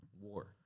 war